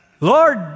lord